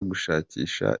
gushakisha